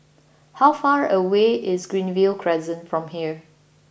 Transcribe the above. how far away is Greenview Crescent from here